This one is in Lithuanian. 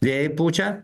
vėjai pučia